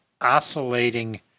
oscillating